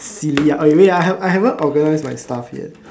silly ah oh you wait ah I I haven't organise my stuff yet